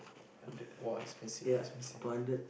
hundred !wah! expensive quite expensive